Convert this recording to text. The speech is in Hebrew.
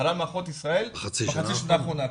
חלל מערכות ישראל בחצי השנה האחרונה.